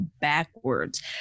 backwards